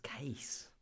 case